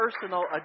personal